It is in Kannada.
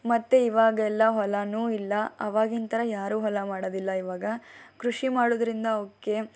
ಮತ್ತೆ ಇವಾಗೆಲ್ಲ ಹೊಲನೂ ಇಲ್ಲ ಆವಾಗಿನ ಥರ ಯಾರೂ ಹೊಲ ಮಾಡೋದಿಲ್ಲ ಇವಾಗ ಕೃಷಿ ಮಾಡೋದರಿಂದ ಅವುಕ್ಕೆ